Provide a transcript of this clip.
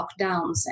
lockdowns